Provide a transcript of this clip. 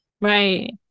Right